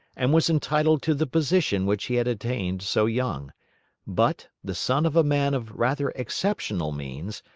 and was entitled to the position which he had attained so young but, the son of a man of rather exceptional means,